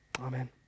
Amen